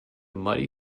muddy